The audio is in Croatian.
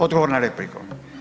Odgovor na repliku.